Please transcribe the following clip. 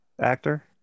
actor